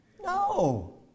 No